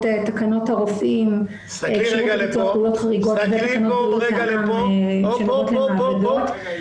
תקנות הרופאים --- כנראה לא הקשבת לכל הדיון.